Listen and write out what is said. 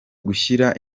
gushyira